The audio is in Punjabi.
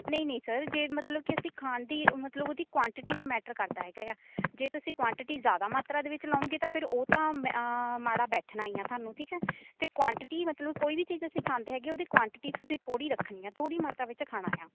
ਨਹੀਂ ਨਹੀਂ ਸਰ ਜੇ ਮਤਲਬ ਕਿ ਅਸੀਂ ਖਾਣ ਦੀ ਮਤਲਬ ਉਹਦੀ ਕੁਆਂਟਿਟੀ 'ਤੇ ਮੈਟਰ ਕਰਦਾ ਹੈਗਾ ਆ ਜੇ ਤੁਸੀਂ ਕੁਆਂਟਿਟੀ ਜ਼ਿਆਦਾ ਮਾਤਰਾ ਦੇ ਵਿੱਚ ਲਉਂਗੇ ਤਾਂ ਫਿਰ ਉਹ ਤਾਂ ਮ ਮਾੜਾ ਬੈਠਣਾ ਹੀ ਆ ਤੁਹਾਨੂੰ ਠੀਕ ਹੈ ਅਤੇ ਕੁਆਂਟਿਟੀ ਮਤਲਬ ਕੋਈ ਵੀ ਚੀਜ਼ ਅਸੀਂ ਖਾਂਦੇ ਹੈਗੇ ਉਹਦੇ ਕੁਆਂਟਿਟੀ ਤੁਸੀਂ ਥੋੜ੍ਹੀ ਰੱਖਣੀ ਆ ਥੋੜ੍ਹੀ ਮਾਤਰਾ ਵਿੱਚ ਖਾਣਾ ਆ